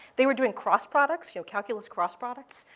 they were doing cross products, you know, calculus cross products.